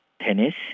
Tennis